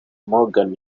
morgan